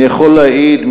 אני יכול להעיד,